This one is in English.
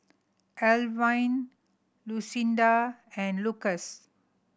Alwine Lucinda and Lucas